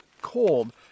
cold